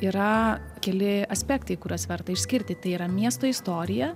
yra keli aspektai kuriuos verta išskirti tai yra miesto istorija